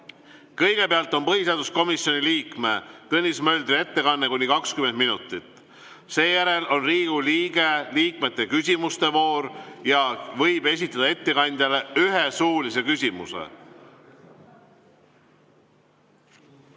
Kõigepealt on põhiseaduskomisjoni liikme Tõnis Möldri ettekanne kuni 20 minutit, seejärel on Riigikogu liikmete küsimuste voor ja ettekandjale võib esitada ühe suulise küsimuse.